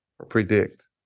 predict